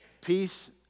Peace